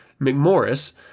McMorris